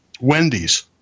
Wendy's